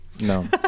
No